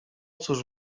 cóż